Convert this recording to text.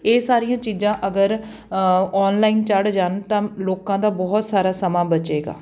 ਇਹ ਸਾਰੀਆਂ ਚੀਜ਼ਾਂ ਅਗਰ ਔਨਲਾਈਨ ਚੜ ਜਾਣ ਤਾਂ ਲੋਕਾਂ ਦਾ ਬਹੁਤ ਸਾਰਾ ਸਮਾਂ ਬਚੇਗਾ